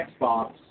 Xbox